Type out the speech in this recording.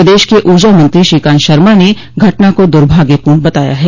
प्रदेश के ऊर्जा मंत्री श्रीकांत शर्मा ने घटना को दुर्भाग्यपूर्ण बताया है